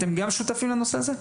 אתם שותפים לזה?